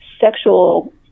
sexual